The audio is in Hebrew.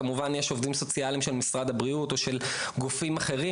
כמובן יש עובדים סוציאליים של משרד הבריאות או של גופים אחרים,